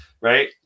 right